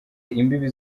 imbibi